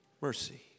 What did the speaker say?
mercy